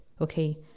okay